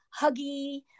huggy